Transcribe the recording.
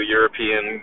European